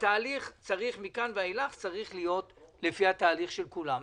התהליך מכאן ואילך צריך להיות לפי התהליך של כולם,